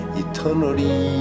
eternally